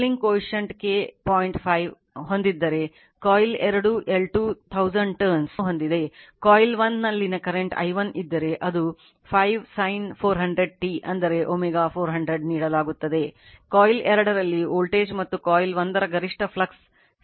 2 henry coupling ನ್ನು ಹೊಂದಿದೆ coil 1 ನಲ್ಲಿನ ಕರೆಂಟ್ i1 ಇದ್ದರೆ ಅದು 5 sin 400 t ಅಂದರೆ ω 400 ನೀಡಲಾಗುತ್ತದೆಕಾಯಿಲ್ 2 ರಲ್ಲಿ ವೋಲ್ಟೇಜ್ ಮತ್ತು ಕಾಯಿಲ್ 1 ರ ಗರಿಷ್ಠ ಫ್ಲಕ್ಸ್ ಸೆಟಪ್ ಅನ್ನು ನಿರ್ಧರಿಸುತ್ತದೆ